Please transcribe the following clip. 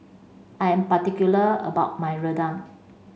I am particular about my rendang